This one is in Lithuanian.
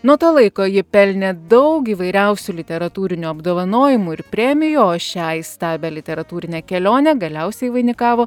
nuo to laiko ji pelnė daug įvairiausių literatūrinių apdovanojimų ir premijų o šią įstabią literatūrinę kelionę galiausiai vainikavo